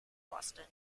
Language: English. boston